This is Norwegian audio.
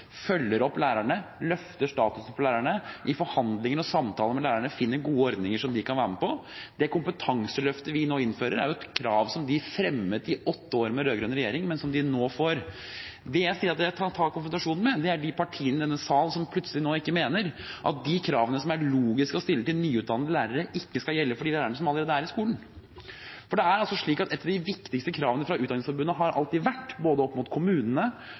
følger opp lærerne, løfter statusen for lærerne og i forhandlinger og samtaler med lærerne finner gode ordninger som de kan være med på. Det kompetanseløftet vi nå innfører, er et krav de fremmet i åtte år med rød-grønn regjering, men som de nå får. De jeg sier jeg vil ta en konfrontasjon med, er de partiene i denne sal som plutselig nå ikke mener at de kravene som det er logisk å stille til nyutdannede lærere, ikke skal gjelde for de lærerne som allerede er i skolen. Det er slik at et av de viktigste kravene fra Utdanningsforbundet har alltid vært, både opp mot kommunene